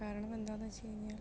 കാരണം എന്താന്ന് വെച്ച് കഴിഞ്ഞാൽ